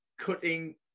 cutting